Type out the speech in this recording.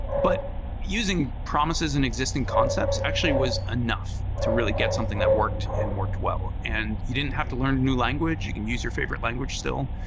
but using promises and existing concepts actually was enough to really get something that worked and worked well. and you didn't have to learn a new language. you can use your favorite language still.